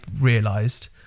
realised